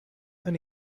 and